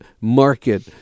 market